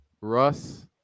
Russ